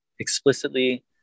explicitly